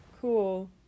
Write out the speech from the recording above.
cool